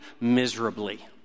miserably